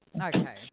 Okay